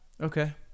Okay